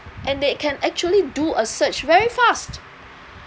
and they can actually do a search very fast